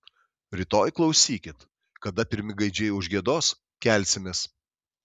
rytoj klausykit kada pirmi gaidžiai užgiedos kelsimės